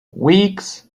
weeks